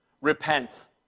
repent